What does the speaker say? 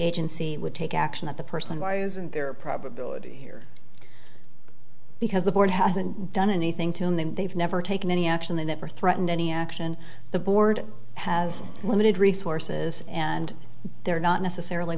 agency would take action that the person why isn't there a probability here because the board hasn't done anything to them then they've never taken any action they never threaten any action the board has limited resources and they're not necessarily